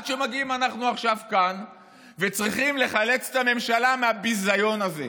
עד שמגיעים אנחנו עכשיו לכאן וצריכים לחלץ את הממשלה מהביזיון הזה.